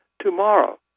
tomorrow